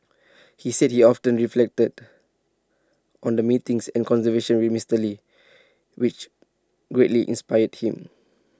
he said he often reflected on the meetings and with Mister lee which greatly inspired him